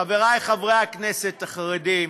חברי חברי הכנסת החרדים